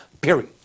period